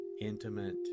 intimate